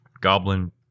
goblin